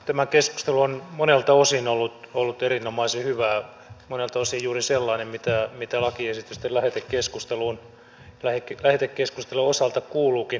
tämä keskustelu on monelta osin ollut erinomaisen hyvää monelta osin juuri sellainen mitä lakiesitysten lähetekeskustelujen osalta kuuluukin olla